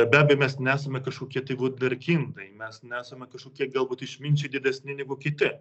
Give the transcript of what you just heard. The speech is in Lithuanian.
be abejo mes nesame kažkokie tai vunderkindai mes nesame kažkokie galbūt išminčiai didesni negu kiti